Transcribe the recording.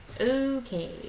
Okay